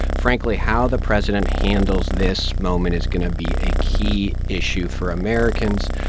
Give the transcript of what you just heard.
frankly, how the president handles this moment is going to be a key issue for americans.